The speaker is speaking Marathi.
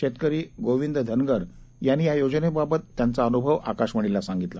शेतकरी गोविंद धनगर यांनी योजनेबाबत त्यांचा अनुभव आकाशवाणीला सांगितला